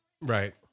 Right